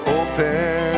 open